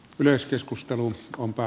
yleiskeskustelu uskonto